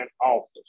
office